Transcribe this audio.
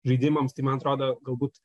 žaidimams tai man atrodo galbūt